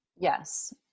Yes